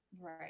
right